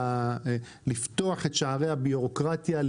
לפתוח את שערי הבירוקרטיה,